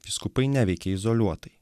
vyskupai neveikia izoliuotai